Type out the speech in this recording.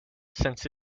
since